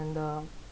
and uh